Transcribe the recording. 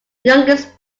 youngest